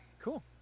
cool